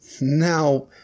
Now